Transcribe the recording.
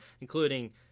including